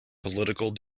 political